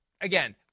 again